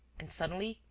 and, suddenly,